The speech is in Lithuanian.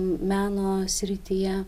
meno srityje